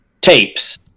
tapes